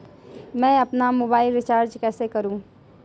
मैं अपना mobile recharge कैसे करूँ?